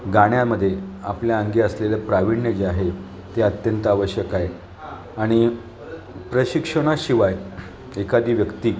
गाण्यामध्ये आपल्या अंगी असलेलं प्रावीण्य जे आहे ते अत्यंत आवश्यक आहे आणि प्रशिक्षणाशिवाय एखादी व्यक्ती